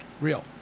Real